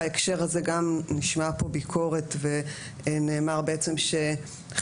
בהקשר הזה גם נשמעה פה ביקורת ונאמר בעצם שחלק